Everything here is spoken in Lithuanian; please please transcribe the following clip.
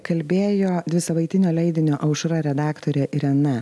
kalbėjo dvisavaitinio leidinio aušra redaktorė irena